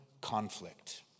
conflict